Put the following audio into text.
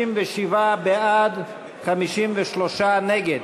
57 בעד, 53 נגד.